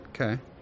Okay